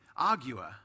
arguer